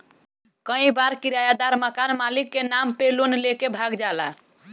कई बार किरायदार मकान मालिक के नाम पे लोन लेके भाग जाला